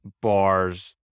bars